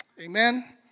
Amen